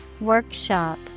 Workshop